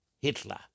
Hitler